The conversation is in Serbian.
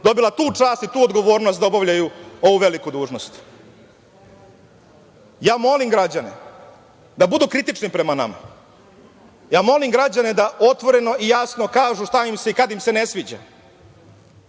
dobila tu čast i tu odgovornost da obavljaju ovu veliku dužnost. Molim građane da budu kritični prema nama. Molim građane da otvoreno i jasno kažu kada im se ne sviđa.